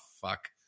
fuck